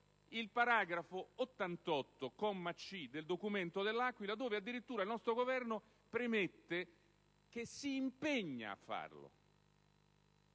il paragrafo 88, lettera *c)*, del documento dell'Aquila, dove addirittura il nostro Governo premette che si impegna -